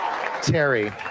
Terry